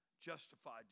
justified